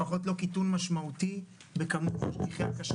לפחות לא קיטון משמעותי בכמות משגיחי הכשרות.